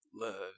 love